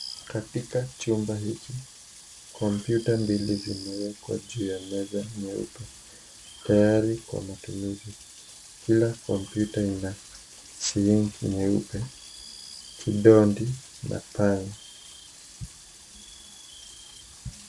Katika chumba hiki kompyuta mbili zimewekwa juu ya meza nyeupe tayari kwa matumizi kila kompyuta ina siringi nyeupe, kidondi na panya.